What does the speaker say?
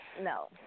no